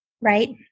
Right